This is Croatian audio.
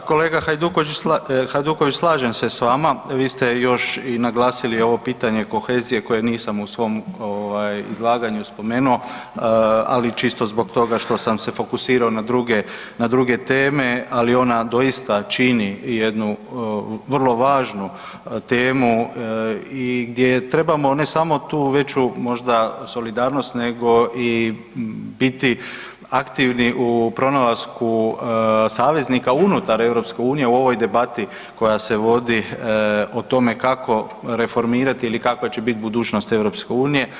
Da, kolega Hajduković slažem se s vama, vi ste još i naglasili ovo pitanje kohezije koje nisam u svom izlaganju spomenuo, ali čisto zbog toga što sam se fokusirao na druge teme, ali ona doista čini jednu vrlo važnu temu i gdje trebamo ne samo tu veću možda solidarnost nego i biti aktivni u pronalasku saveznika unutar EU u ovoj debati koja se vodi o tome kako reformirati ili kakva će biti budućnost EU.